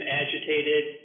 agitated